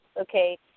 okay